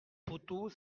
poteau